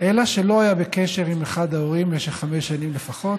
אלא שלא היה בקשר עם אחד ההורים במשך חמש שנים לפחות